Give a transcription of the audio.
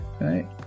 right